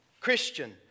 Christian